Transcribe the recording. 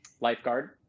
Lifeguard